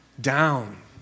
down